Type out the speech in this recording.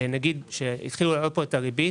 כשהתחילו להעלות את הריבית